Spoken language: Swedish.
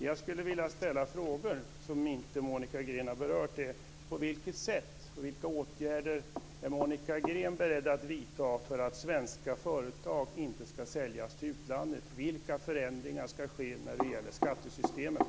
Jag vill ställa några frågor som Monica Green inte har berört i sina inlägg. Vilka åtgärder är Monica Green beredd att vidta för att svenska företag inte ska säljas till utlandet? Vilka förändringar ska ske när det gäller skattesystemet?